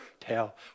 tell